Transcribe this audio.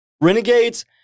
Renegades